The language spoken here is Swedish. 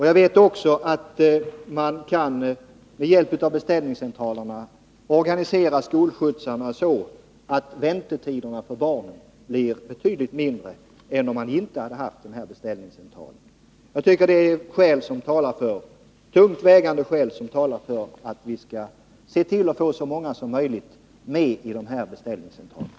Jag vet att man med hjälp av en beställningscentral kan organisera skolskjutsarna så att väntetiderna för barnen blir betydligt kortare än om man inte hade haft en beställningscentral. Det är tungt vägande skäl som talar för att vi skall se till att få med så många taxiutövare som möjligt i beställningscentralerna.